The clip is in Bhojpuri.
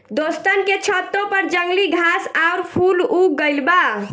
दोस्तन के छतों पर जंगली घास आउर फूल उग गइल बा